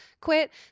quit